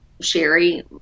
Sherry